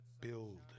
build